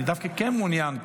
אני דווקא כן מעוניין,